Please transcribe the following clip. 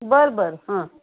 बर बर हां